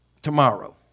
tomorrow